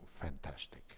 fantastic